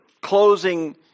closing